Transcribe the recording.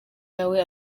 nawe